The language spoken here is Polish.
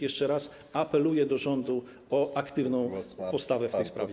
Jeszcze raz apeluję do rządu o aktywną postawę w tej sprawie.